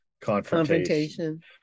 Confrontation